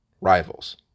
rivals